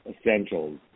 essentials